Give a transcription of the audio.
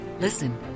listen